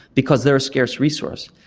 because they are a scarce resource.